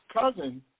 cousin